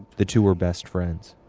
the two were best friends.